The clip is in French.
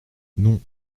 non